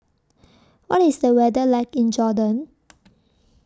What IS The weather like in Jordan